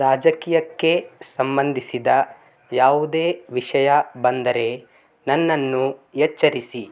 ರಾಜಕೀಯಕ್ಕೆ ಸಂಬಂಧಿಸಿದ ಯಾವುದೇ ವಿಷಯ ಬಂದರೆ ನನ್ನನ್ನು ಎಚ್ಚರಿಸಿ